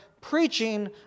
preaching